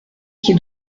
qui